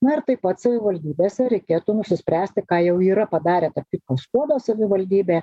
na ir taip pat savivaldybėse reikėtų nusispręsti ką jau yra padarę tarp kitko skuodo savivaldybė